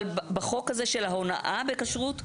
אבל בחוק הזה של הונאה בכשרות,